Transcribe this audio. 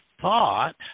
thought